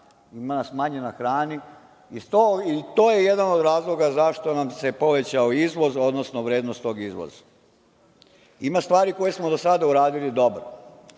Ima nas manje na hrani i to je jedan od razloga zašto nam se povećao izvoz, odnosno vrednost tog izvoza. Ima stvari koje smo do sada uradili dobro,